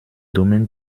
domaine